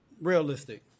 realistic